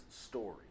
story